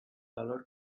valor